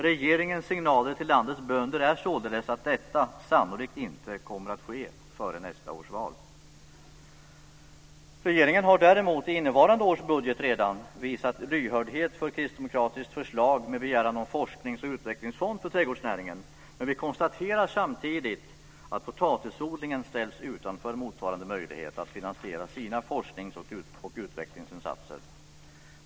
Regeringens signaler till landets bönder är således att detta sannolikt inte kommer att ske före nästa års val. Regeringen har däremot redan i innevarande års budget visat lyhördhet för ett kristdemokratiskt förslag med begäran om en forsknings och utvecklingsfond för trädgårdsnäringen. Men vi konstaterar samtidigt att potatisodlingen ställs utanför motsvarande möjlighet att finansiera sina forsknings och utvecklingsinsatser.